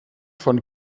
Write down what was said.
von